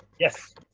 yes.